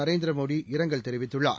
நரேந்திரமோடி இரங்கல் தெரிவித்துள்ளார்